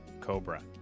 Cobra